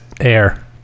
air